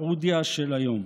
סעודיה של היום.